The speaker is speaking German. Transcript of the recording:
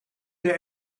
der